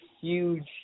huge